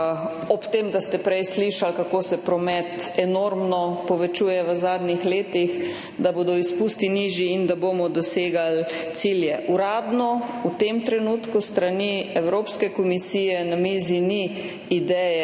ob tem, da ste prej slišali, kako se promet enormno povečuje v zadnjih letih, da bodo izpusti nižji in da bomo dosegali cilje. Uradno v tem trenutku s strani Evropske komisije na mizi ni ideje,